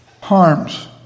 harms